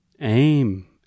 Aim